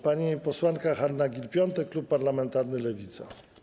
Pani posłanka Hanna Gill-Piątek, klub parlamentarny Lewica.